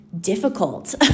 difficult